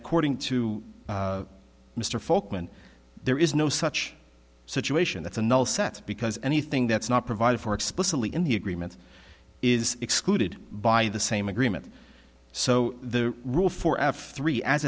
according to mr folkman there is no such situation that's a null set because anything that's not provided for explicitly in the agreement is excluded by the same agreement so the rule for f three as